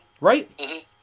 Right